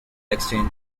exchange